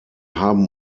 haben